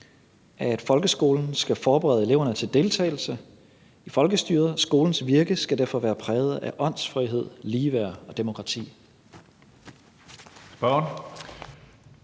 at folkeskolen skal forberede eleverne til deltagelse i folkestyret, og skolens virke skal derfor være præget af åndsfrihed, ligeværd og demokrati.